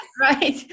right